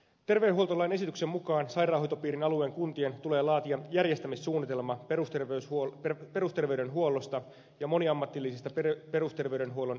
terveydenhuoltolain esityksen mukaan sairaanhoitopiirin alueen kuntien tulee laatia järjestämissuunnitelma perusterveydenhuollosta ja moniammatillisista perusterveydenhuollon yksiköistä